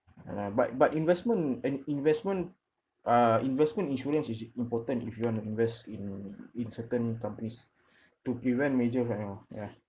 ya lah but but investment and investment uh investment insurance is important if you want to invest in in certain companies to prevent major ya